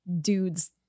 dudes